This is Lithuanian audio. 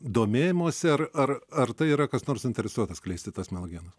domėjimosi ar ar ar tai yra kas nors suinteresuotas skleisti tas melagingas